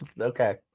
okay